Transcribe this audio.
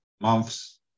months